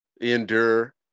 endure